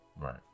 Right